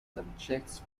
subjects